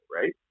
right